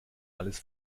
alles